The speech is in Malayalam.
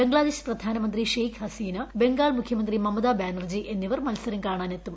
ബംഗ്ലാദേശ് പ്രധാനമന്ത്രി് ഷെയ്ഖ് ഹസീന ബംഗാൾ മുഖ്യമന്ത്രി മമത ബാനർജി എന്നിവർ മൽസരം കാണാൻ എത്തും